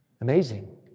Amazing